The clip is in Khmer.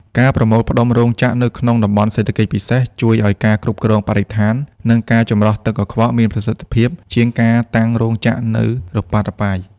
ការប្រមូលផ្ដុំរោងចក្រនៅក្នុង តំបន់សេដ្ឋកិច្ចពិសេស ជួយឱ្យការគ្រប់គ្រងបរិស្ថាន និងការចម្រោះទឹកកខ្វក់មានប្រសិទ្ធភាពជាងការតាំងរោងចក្រនៅរប៉ាត់រប៉ាយ។